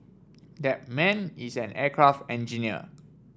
that man is an aircraft engineer